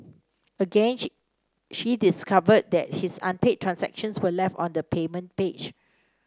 again she she discovered that his unpaid transactions were left on the payment page